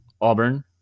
Auburn